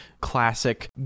classic